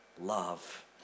love